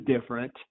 different